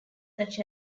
such